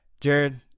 Jared